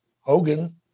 Hogan